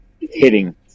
hitting